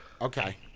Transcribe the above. Okay